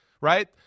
right